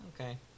okay